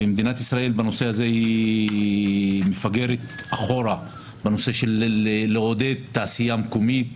ומדינת ישראל בנושא הזה היא מפגרת אחורה בנושא של לעודד תעשייה מקומית,